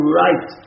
right